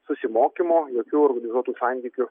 susimokymo jokių organizuotų santykių